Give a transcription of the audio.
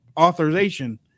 authorization